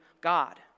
God